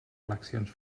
eleccions